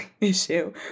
issue